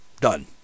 done